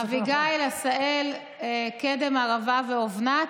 אביגיל, עשהאל, קדם ערבה ואבנת.